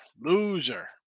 Loser